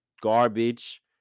garbage